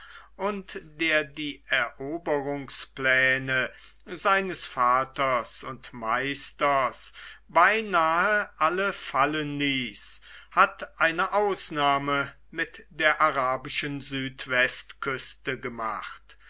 und der die eroberungspläne seines vaters und meisters beinahe alle fallenließ hat eine ausnahme mit der arabischen südwestküste gemacht